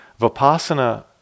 Vipassana